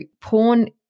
porn